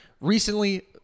recently